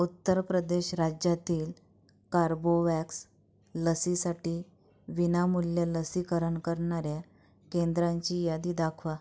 उत्तर प्रदेश राज्यातील कार्बोवॅक्स लसीसाठी विनामूल्य लसीकरण करणाऱ्या केंद्रांची यादी दाखवा